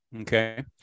okay